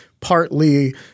partly